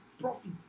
profit